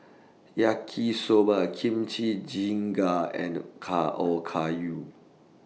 Yaki Soba Kimchi Jjigae and Ka Okayu